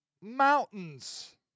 mountains